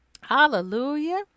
hallelujah